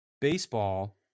Baseball